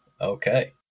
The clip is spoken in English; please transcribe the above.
okay